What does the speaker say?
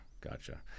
gotcha